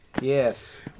Yes